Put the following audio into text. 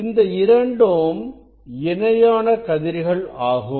இவை இரண்டும் இணையான கதிர்கள் ஆகும்